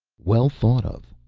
well thought of,